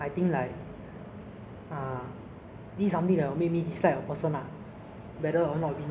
so which genre of drama or T_V show do you enjoy the most